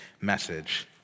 message